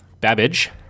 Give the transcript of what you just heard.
Babbage